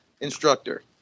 instructor